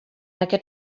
aquest